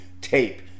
tape